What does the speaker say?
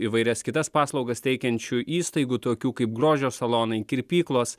įvairias kitas paslaugas teikiančių įstaigų tokių kaip grožio salonai kirpyklos